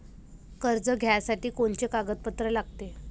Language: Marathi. कर्ज घ्यासाठी कोनचे कागदपत्र लागते?